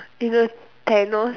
either Thanos